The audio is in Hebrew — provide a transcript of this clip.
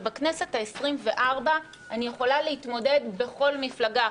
ובכנסת העשרים-וארבע אני יכולה להתמודד בכל מפלגה אחרת.